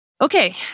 Okay